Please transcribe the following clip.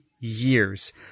years